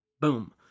Boom